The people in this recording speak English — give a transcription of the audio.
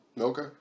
Okay